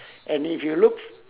and if you look